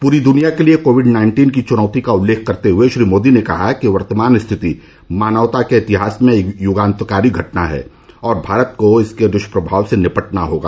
पूरी दुनिया के लिये कोविड नाइन्टीन की चुनौती का उल्लेख करते हुए श्री मोदी ने कहा कि वर्तमान स्थिति मानवता के इतिहास में युगांतरकारी घटना है और भारत को इसके दुष्प्रभाव से निपटना होगा